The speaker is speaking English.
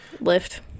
lift